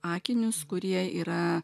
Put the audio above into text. akinius kurie yra